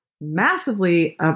massively